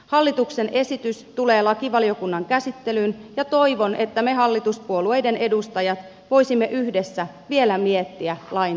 hallituksen esitys tulee lakivaliokunnan käsittelyyn ja toivon että me hallituspuolueiden edustajat voisimme yhdessä vielä miettiä lain tiukentamista